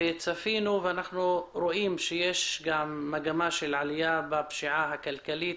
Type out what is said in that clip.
צפינו זאת ואנחנו רואים שיש מגמה של עליה בפשיעה הכלכלית